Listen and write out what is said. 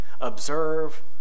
observe